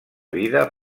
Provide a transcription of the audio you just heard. vida